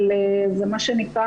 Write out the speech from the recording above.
אבל זה מה שנקרא,